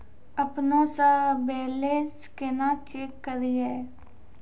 अपनों से बैलेंस केना चेक करियै?